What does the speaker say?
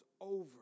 over